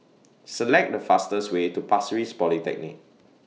Select The fastest Way to Pasir Ris Polyclinic